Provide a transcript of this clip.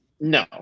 no